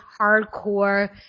hardcore